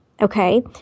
Okay